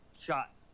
shot